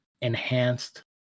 enhanced